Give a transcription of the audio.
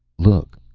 look,